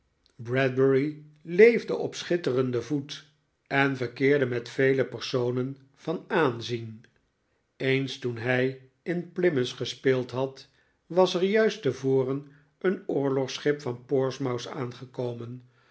bradbury leefde op schitterenden voet en verkeerde met vele personen van aanzien eens toen hij in plymouth gespeeld had was er juist te voren een oorlogsschip van portsmouth aangekomen